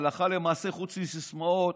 הלכה למעשה, חוץ מסיסמאות,